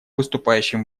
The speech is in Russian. выступающим